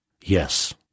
Yes